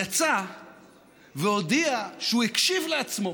יצא והודיע שהוא הקשיב לעצמו,